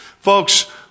Folks